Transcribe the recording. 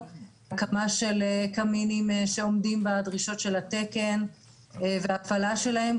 הקמה של קמינים שעומדים בדרישות של התקן והפעלה שלהם,